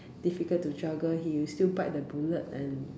difficult to juggle he will still bite the bullet and